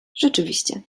rzeczywiście